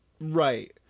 Right